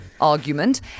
argument